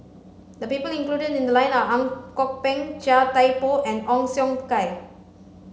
the people included in the lie are Ang Kok Peng Chia Thye Poh and Ong Siong Kai